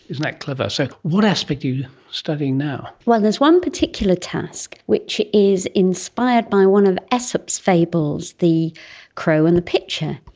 isn't that clever. so what aspect are you studying now? well, there's one particular task which is inspired by one of aesop's fables, the crow and the pitcher.